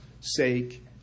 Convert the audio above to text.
sake